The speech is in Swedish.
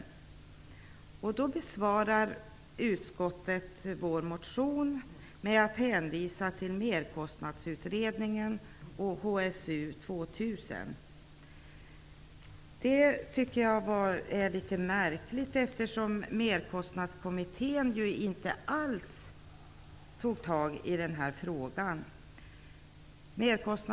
Utskottet besvarar vår motion med att hänvisa till Merkostnadskommittén och HSU 2000. Jag tycker att det är litet märkligt, eftersom Merkostnadskommittén inte alls tog tag i denna fråga.